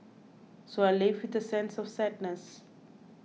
so I leave with a sense of sadness